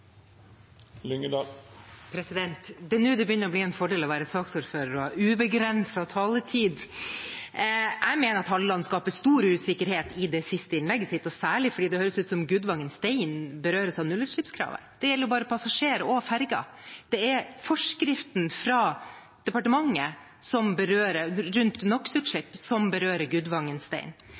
Det er nå det begynner å bli en fordel å være saksordfører og ha ubegrenset taletid. Jeg mener at representanten Halleland skaper stor usikkerhet i det siste innlegget sitt, særlig fordi det høres ut som Gudvangen Stein berøres av nullutslippskravet, men det gjelder bare passasjerer og ferger. Det er forskriften fra departementet rundt NO x -utslipp som berører Gudvangen Stein.